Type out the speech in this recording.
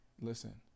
listen